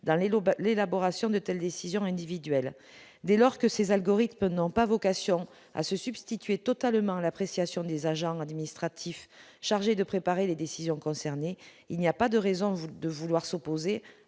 lobes l'élaboration de telles décisions individuelles dès lors que ces algorithmes n'ont pas vocation à se substituer totalement l'appréciation des agents administratifs chargés de préparer les décisions concernés, il n'y a pas de raison vous de vouloir s'opposer